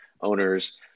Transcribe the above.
owners